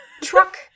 Truck